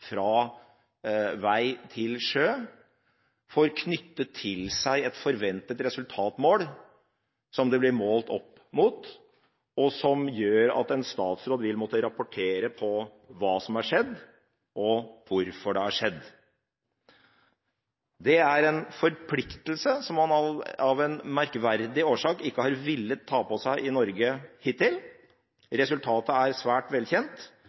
fra vei til sjø, får knyttet til seg et forventet resultatmål, som det blir målt opp mot, og som gjør at en statsråd vil måtte rapportere på hva som har skjedd, og hvorfor det har skjedd. Det er en forpliktelse som man av en merkverdig årsak hittil ikke har villet ta på seg i Norge. Resultatet er svært velkjent